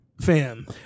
fam